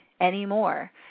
anymore